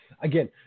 again